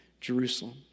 Jerusalem